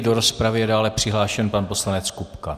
Do rozpravy je dále přihlášen pan poslanec Kupka.